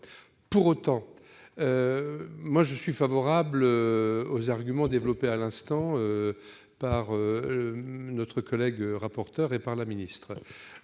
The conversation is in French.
Pour autant, je suis favorable aux arguments développés à l'instant par notre collègue rapporteur et par la ministre.